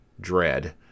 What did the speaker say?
dread